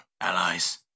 allies